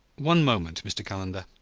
one moment, mr. calendar.